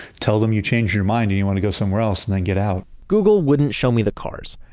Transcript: tell them you changed your mind and you want to go somewhere else, and then get out google wouldn't show me the cars,